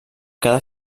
cada